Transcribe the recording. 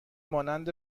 مانند